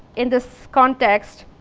in this context,